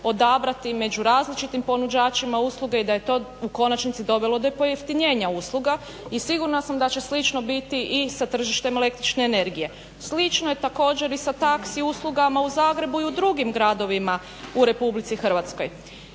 odabrati među različitim ponuđačima usluge i da je to u konačnici dovelo do pojeftinjenja usluga i sigurna sam da će slično biti i sa tržištem električne energije. Slično je također i sa taxi uslugama u Zagrebu i u drugim gradovima u Republici Hrvatskoj.